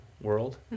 world